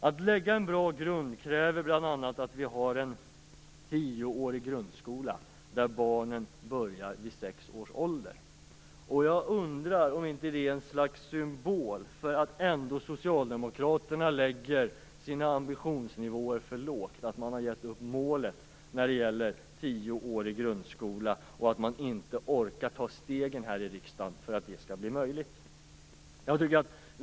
Att lägga en bra grund kräver bl.a. att vi har en tioårig grundskola där barnen börjar vid sex års ålder. Jag undrar om det är ett slags symbol för att socialdemokraterna ändå gett upp målet när det gäller en tioårig grundskola och för att de inte orkar ta stegen här i riksdagen för att detta skall bli möjligt när de lägger sin ambitionsnivå så lågt.